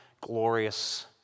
glorious